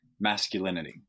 masculinity